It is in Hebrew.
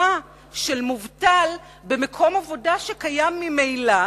של מובטל במקום עבודה שקיים ממילא.